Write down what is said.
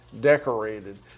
decorated